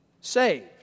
saved